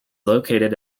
located